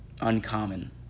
uncommon